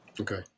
okay